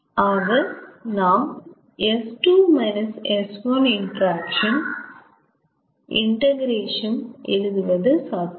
ஆக நாம் இண்டக்ரேஷன் எழுதுவது சாத்தியம்